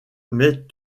mais